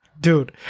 Dude